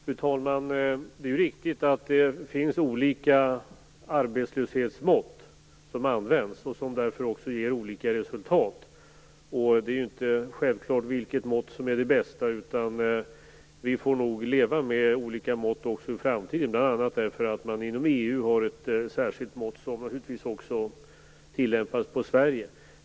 Fru talman! Det är riktigt att det används olika arbetslöshetsmått, som ger olika resultat. Det är inte självklart vilket mått som är det bästa. Vi får nog leva med olika mått också i framtiden, bl.a. därför att man inom EU har ett särskilt mått, som naturligtvis också tillämpas på Sverige.